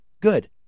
Good